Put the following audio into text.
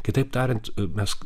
kitaip tariant mes